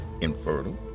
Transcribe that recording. infertile